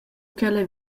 ch’ella